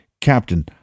Captain